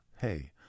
hey